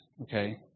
okay